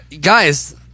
Guys